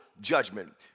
judgment